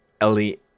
Ellie